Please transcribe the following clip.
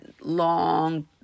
long